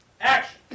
action